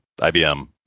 IBM